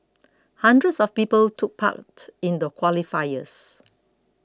hundreds of people took part in the qualifiers